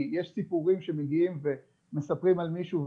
כי יש סיפורים שמגיעים ומספרים על מישהו,